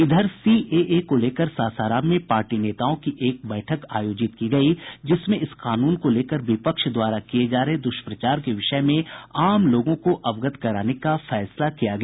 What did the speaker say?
इधर सीएए को लेकर सासाराम में पार्टी नेताओं की एक बैठक आयोजित की गयी जिसमें इस कानून को लेकर विपक्ष द्वारा किये जा रहे दुष्प्रचार के विषय में आम लोगों को अवगत कराने का फैसला किया गया